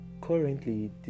currently